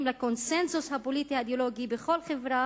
לקונסנזוס הפוליטי האידיאולוגי בכל חברה,